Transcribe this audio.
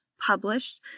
published